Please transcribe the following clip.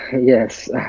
yes